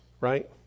Right